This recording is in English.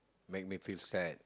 make me feel sad